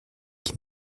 qui